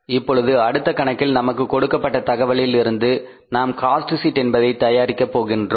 இப்பொழுது அடுத்த கணக்கில் நமக்கு கொடுக்கப்பட்ட தகவலில் இருந்து நாம் காஸ்ட் ஷீட் என்பதை தயாரிக்கப் போகிறோம்